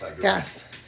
Yes